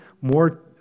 more